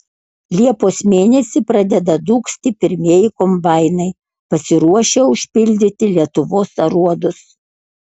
liepos mėnesį pradeda dūgzti pirmieji kombainai pasiruošę užpildyti lietuvos aruodus